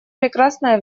прекрасное